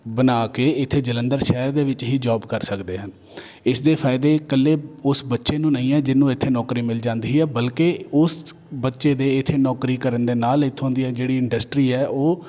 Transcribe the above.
ਬਣਾ ਕੇ ਇੱਥੇ ਜਲੰਧਰ ਸ਼ਹਿਰ ਦੇ ਵਿੱਚ ਹੀ ਜੋਬ ਕਰ ਸਕਦੇ ਹਨ ਇਸ ਦੇ ਫ਼ਾਇਦੇ ਇਕੱਲੇ ਉਸ ਬੱਚੇ ਨੂੰ ਨਹੀਂ ਹੈ ਜਿਹਨੂੰ ਇੱਥੇ ਨੌਕਰੀ ਮਿਲ ਜਾਂਦੀ ਹੈ ਬਲਕਿ ਉਸ ਬੱਚੇ ਦੇ ਇੱਥੇ ਨੌਕਰੀ ਕਰਨ ਦੇ ਨਾਲ ਇੱਥੋਂ ਦੀਆਂ ਜਿਹੜੀ ਇੰਡਸਟਰੀ ਹੈ ਉਹ